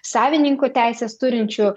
savininko teises turinčių